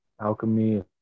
alchemy